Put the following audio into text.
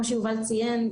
כמו שיובל ציין,